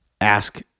Ask